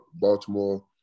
Baltimore